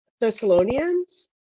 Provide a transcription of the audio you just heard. Thessalonians